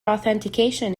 authentication